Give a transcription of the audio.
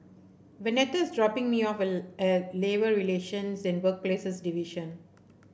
Waneta is dropping me off at Labour Relations and Workplaces Division